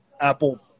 Apple